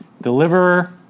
deliverer